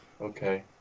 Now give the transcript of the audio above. Okay